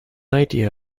idea